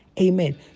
amen